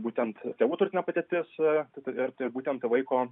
būtent tėvų turtinė padėtis ir tai būtent vaiko